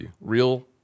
real